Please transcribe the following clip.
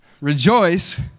Rejoice